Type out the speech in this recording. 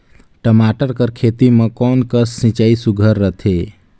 टमाटर कर खेती म कोन कस सिंचाई सुघ्घर रथे?